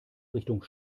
richtung